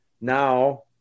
now